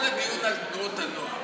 כל הדיון על תנועות הנוער,